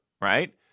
right